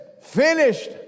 finished